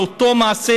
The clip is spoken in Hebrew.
על אותו מעשה,